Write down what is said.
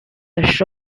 did